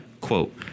quote